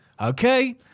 okay